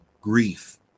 grief